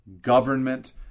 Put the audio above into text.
government